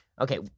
Okay